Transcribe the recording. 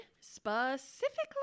specifically